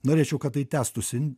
norėčiau kad tai tęstųsi